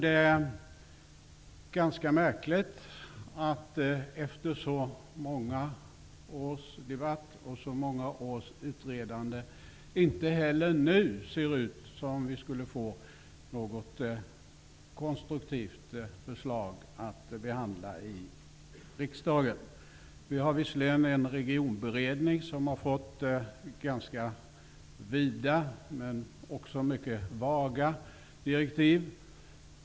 Det är ganska märkligt att det efter så många års debatt och utredande inte heller nu ser ut att bli något konstruktivt förslag att behandla i riksdagen. Det finns visserligen en regionberedning som har fått ganska vida men också mycket vaga direktiv.